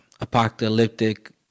apocalyptic